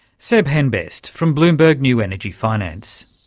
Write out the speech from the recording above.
seb henbest from bloomberg new energy finance.